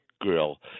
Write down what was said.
grill